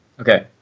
Okay